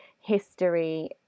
history